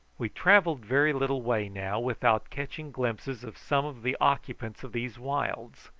we travelled very little way now without catching glimpses of some of the occupants of these wilds.